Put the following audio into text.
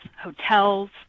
hotels